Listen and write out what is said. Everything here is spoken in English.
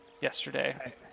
yesterday